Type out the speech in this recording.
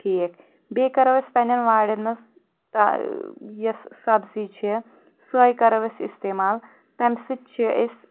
ٹھیٖک بیٚیہِ کرو أسۍ پننٮ۪ن وارٮ۪ن منٛز یۄس سبٕزی چھِ سوے کرو أسۍ استعمال تیٚمہِ سۭتۍ چھِ أسۍ